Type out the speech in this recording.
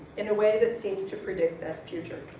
in a way that seems to predict that future.